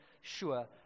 sure